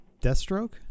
Deathstroke